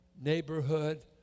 neighborhood